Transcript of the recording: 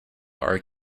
are